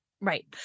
Right